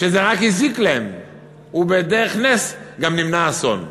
שרק הזיקו להם ובדרך נס נמנע אסון.